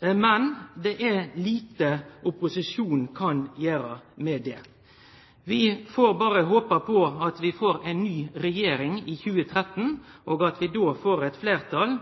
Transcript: men det er lite opposisjonen kan gjere med det. Vi får berre håpe på at vi får ei ny regjering i 2013, og at vi då får eit fleirtal